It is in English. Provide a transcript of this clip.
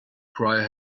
cry